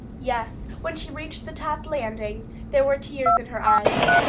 yes, when she reached the top landing there were tears in her eyes,